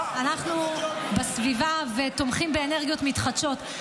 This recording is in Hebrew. , העתיד הבא הוא אנרגיות מתחדשות.